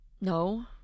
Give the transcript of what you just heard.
No